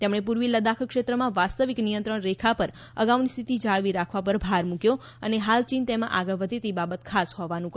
તેમણે પૂર્વી લદ્દાખ ક્ષેત્રમાં વાસ્તવિક નિયંત્રણ રેખા પર અગાઉની સ્થિતિ જાળવી રાખવા પર ભાર મુક્યો અને હાલ ચીન તેમાં આગળ વધે તે બાબત ખાસ હોવાનું કહ્યું